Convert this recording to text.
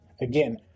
Again